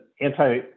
anti